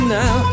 now